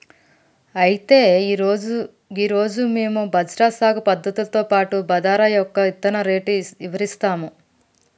అయితే గీ రోజు మేము బజ్రా సాగు పద్ధతులతో పాటు బాదరా యొక్క ఇత్తన రేటు ఇవరిస్తాము